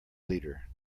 leader